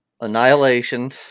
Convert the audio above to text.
Annihilation